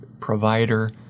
provider